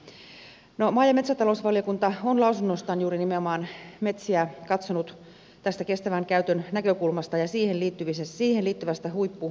maa ja metsätalousvaliokunta on lausunnossaan juuri nimenomaan katsonut metsiä tästä kestävän käytön näkökulmasta ja siihen liittyvästä huippuosaamisesta